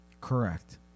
Correct